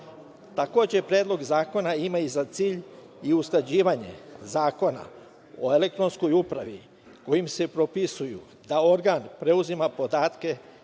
Predlog zakona ima i za cilj i usklađivanje Zakona o elektronskoj upravi kojim se propisuje da organ preuzima podatke